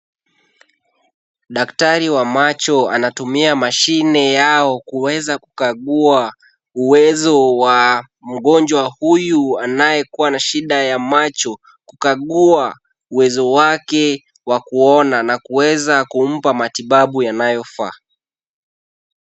Daktari wa macho, anatumia mashine yao kuweza kukagua uwezo wa mgonjwa huyu anayekuwa na shida ya macho, kukagua uwezo wake wa kuona na kuweza kumpa matibabu yanayofaa.